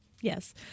Yes